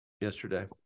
Yesterday